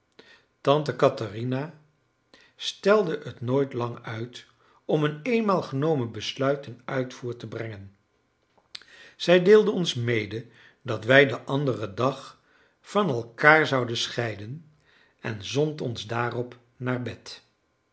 tante katherina stelde het nooit lang uit om een eenmaal genomen besluit ten uitvoer te brengen zij deelde ons mede dat wij den anderen dag van elkaar zouden scheiden en zond ons daarop naar bed